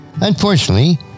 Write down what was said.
unfortunately